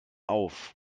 auf